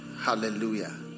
hallelujah